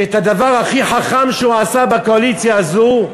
שהדבר הכי חכם שהוא עשה בקואליציה הזאת,